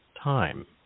time